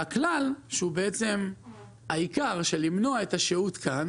והכלל, שהוא בעצם העיקר למנוע את השהות כאן